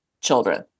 children